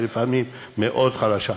ולפעמים מאוד חלשה.